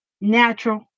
Natural